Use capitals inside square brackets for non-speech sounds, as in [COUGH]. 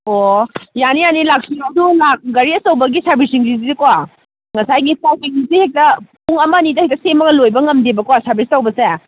ꯑꯣ ꯌꯥꯅꯤ ꯌꯥꯅꯤ ꯂꯥꯛꯄꯤꯔꯣ ꯑꯗꯣ ꯒꯥꯔꯤ ꯑꯆꯧꯕꯒꯤ ꯁꯥꯔꯚꯤꯁꯁꯤꯡꯁꯤꯗꯤꯀꯣ ꯉꯁꯥꯏꯒꯤ [UNINTELLIGIBLE] ꯍꯦꯛꯇ ꯄꯨꯡ ꯑꯃ ꯑꯅꯤꯗ ꯍꯦꯛꯇ ꯁꯦꯝꯃꯒ ꯂꯣꯏꯕ ꯉꯝꯗꯦꯕꯀꯣ ꯁꯥꯔꯚꯤꯁ ꯇꯧꯕꯁꯦ